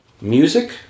Music